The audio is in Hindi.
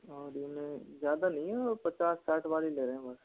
ऑडी में ज़्यादा नहीं है पच्चास साठ वाली ले रहें है बस